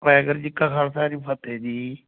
ਵਾਹਿਗੁਰੂ ਜੀ ਕਾ ਖਾਲਸਾ ਵਾਹਿਗੁਰੂ ਜੀ ਕੀ ਫਤਿਹ ਜੀ